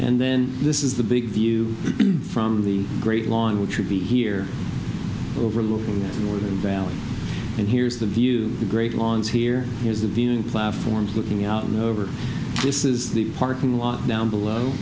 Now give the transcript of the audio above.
and then this is the big view from the great lawn which would be here over the northern valley and here's the view the great lawns here there's a viewing platform looking out over this is the parking lot down below